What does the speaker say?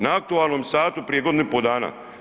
Na aktualnom satu prije godinu i pol dana.